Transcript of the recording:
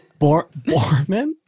Borman